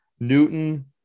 Newton